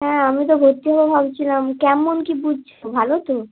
হ্যাঁ আমি তো ভর্তি হবো ভাবছিলাম কেমন কী বুঝছো ভালো তো